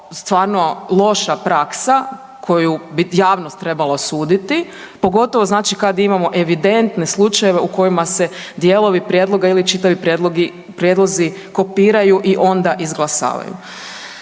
stvarno loša praksa koju bi javnost trebala osuditi pogotovo znači kad imamo evidentne slučajeve u kojima se dijelovi prijedloga ili čitavi prijedlozi kopiraju i onda izglasavaju.